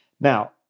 Now